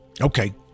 Okay